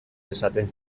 esaten